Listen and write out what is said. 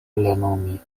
plenumi